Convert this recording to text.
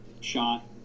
shot